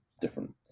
different